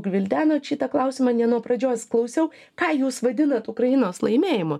gvildenot šitą klausimą ne nuo pradžios klausiau ką jūs vadinat ukrainos laimėjimu